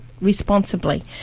responsibly